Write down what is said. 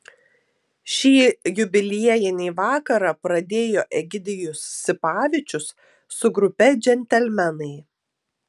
šį jubiliejinį vakarą pradėjo egidijus sipavičius su grupe džentelmenai